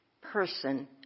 person